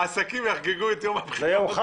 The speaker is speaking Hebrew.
העסקים יחגגו את יום הבחירות.